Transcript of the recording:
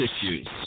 issues